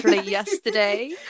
yesterday